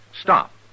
stop